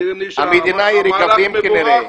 מסדירים נישה --- מדינת רגבים כנראה.